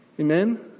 Amen